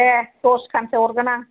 दे दस खानसो हरगोन आं